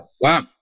Wow